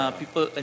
people